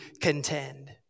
contend